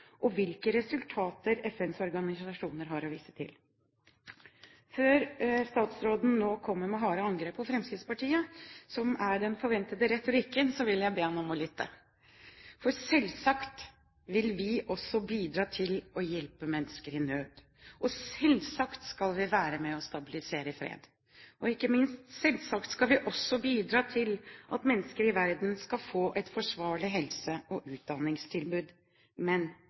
og hvilke resultater FNs organisasjoner har å vise til. Før statsråden kommer med harde angrep på Fremskrittspartiet, som er den forventede retorikken, vil jeg be ham om å lytte. For selvsagt vil vi også bidra til å hjelpe mennesker i nød, og selvsagt skal vi være med og stabilisere fred, og ikke minst, selvsagt skal vi også bidra til at mennesker i verden får et forsvarlig helse- og utdanningstilbud. Men,